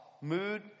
mood